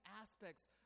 aspects